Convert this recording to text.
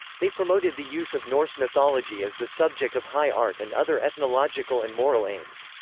they promoted the use of norse mythology as the subject of high art and other ethnological and moral aims.